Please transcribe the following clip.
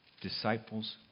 disciples